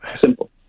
Simple